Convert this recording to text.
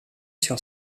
sur